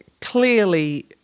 clearly